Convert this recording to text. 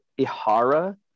Ihara